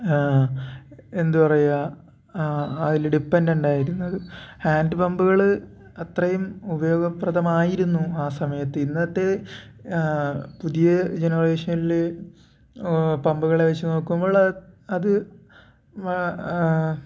എന്തു പറയുക അതിൽ ഡിപ്പെൻ്റൻ്റ് ആയിരുന്നത് ഹാൻ്റ് പമ്പുകൾ അത്രയും ഉപയോഗപ്രദം ആയിരുന്നു ആ സമയത്ത് ഇന്നത്തെ പുതിയ ജനറേഷനിൽ പമ്പുകളെ വച്ചു നോക്കുമ്പോൾ അത്